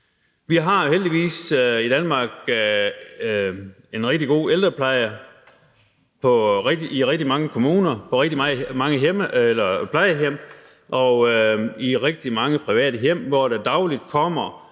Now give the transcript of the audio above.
Vi har heldigvis i Danmark en rigtig god ældrepleje i rigtig mange kommuner, på rigtig mange plejehjem og i rigtig mange private hjem, hvor der dagligt kommer